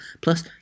Plus